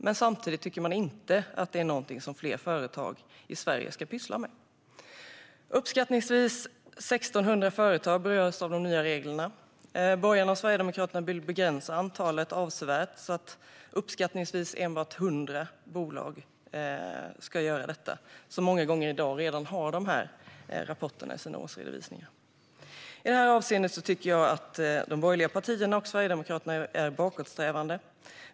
Men samtidigt tycker man inte att det är någonting som fler företag i Sverige ska pyssla med. Det är uppskattningsvis 1 600 företag som berörs av de nya reglerna. Borgarna och Sverigedemokraterna vill begränsa antalet avsevärt, så att det uppskattningsvis enbart är 100 bolag som ska göra detta - de har många gånger redan i dag dessa rapporter i sina årsredovisningar. I detta avseende tycker jag att de borgerliga partierna och Sverigedemokraterna är bakåtsträvande.